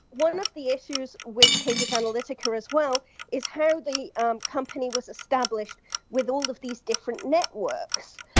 one of the issues with cambridge analytica here as well is how the um company was established with all of these different networks.